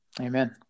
Amen